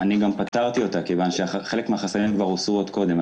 אני גם פתרתי את הבעיה מכיוון שחלק מן החסמים הוסרו עוד קודם.